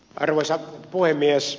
arvoisa puhemies